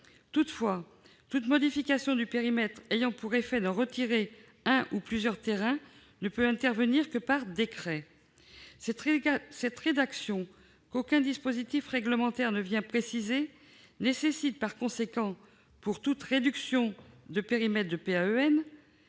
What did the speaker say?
Toutefois, toute modification du périmètre ayant pour effet de retirer un ou plusieurs terrains ne peut intervenir que par décret. » Cette rédaction qu'aucun dispositif réglementaire ne vient préciser nécessite par conséquent, pour toute réduction de périmètre de PAEN,